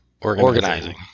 Organizing